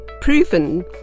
proven